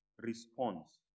response